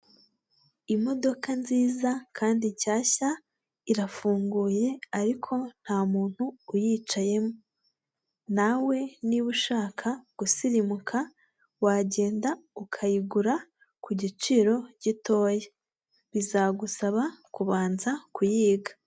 Imodoka nziza kandi nshyashya, irafunguye ariko nta muntu uyicayemo nawe niba ushaka gusirimuka wagenda ukayigura ku giciro gitoya, bizagusaba kubanza kuyiga.